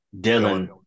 Dylan